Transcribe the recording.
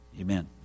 Amen